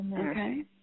Okay